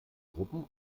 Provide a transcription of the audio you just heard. gruppen